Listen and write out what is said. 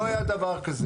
לא היה דבר כזה.